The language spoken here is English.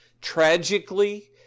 Tragically